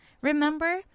remember